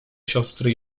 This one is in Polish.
siostry